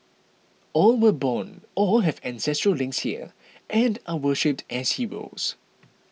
all were born or have ancestral links here and are worshipped as heroes